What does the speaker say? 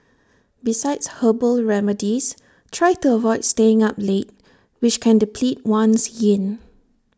besides herbal remedies try to avoid staying up late which can deplete one's yin